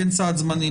כן סעד זמני,